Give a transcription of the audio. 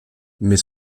mais